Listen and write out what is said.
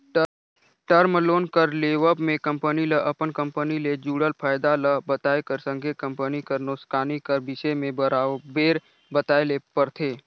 term loan कर लेवब में कंपनी ल अपन कंपनी ले जुड़ल फयदा ल बताए कर संघे कंपनी कर नोसकानी कर बिसे में बरोबेर बताए ले परथे